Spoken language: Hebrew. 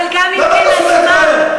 אבל גם אם כן, אז מה?